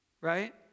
right